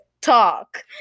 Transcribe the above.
talk